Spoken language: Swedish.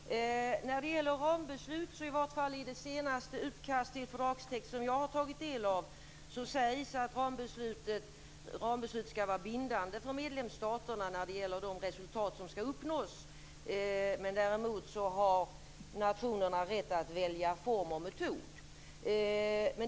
Herr talman! När det gäller rambeslut sägs det, i varje fall i det senaste utkast till fördragstext som jag har tagit del av, att rambeslut skall vara bindande för medlemsstaterna när det gäller de resultat som skall uppnås. Däremot har nationerna rätt att välja form och metod.